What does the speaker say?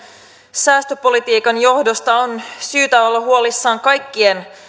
säästöpolitiikan johdosta on syytä olla huolissaan kaikkien